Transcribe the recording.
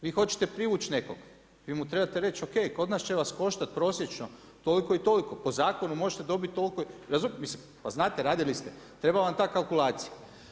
Vi hoćete privuć nekog, vi mu trebate reći o.k. kod nas će vas koštati prosječno toliko i toliko, po zakonu možete dobiti toliko, pa znate radili ste treba vam ta kalkulacija.